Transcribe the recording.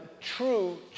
true